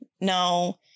no